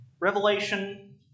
Revelation